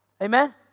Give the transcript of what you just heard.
amen